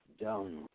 down